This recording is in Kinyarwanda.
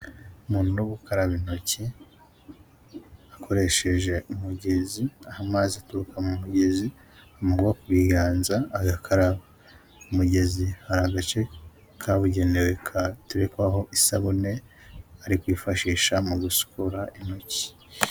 Umuntu uri gukaraba intoki akoresheje umugezi, aho amazi aturuka mu mugezi, ateze biganza agakaraba, ku umugezi hari agace kabugenewe katerekwaho isabune ari kwifashisha mu gusukura intoki.